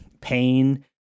Pain